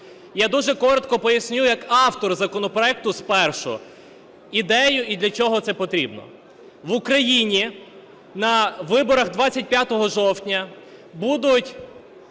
Я дуже коротко поясню як автор законопроекту спершу ідею і для чого це потрібно. В Україні на виборах 25 жовтня будуть